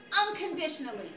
unconditionally